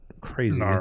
crazy